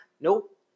nope